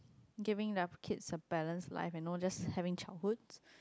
giving their kids a balanced life and not just having childhood